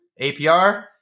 APR